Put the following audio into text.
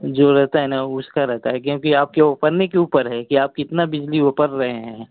जो रहता है ना उसका रहता है क्योंकि आपके वोपरने के ऊपर है कि आप कितना बिजली वोपर रहे हैं